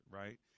right